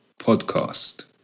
podcast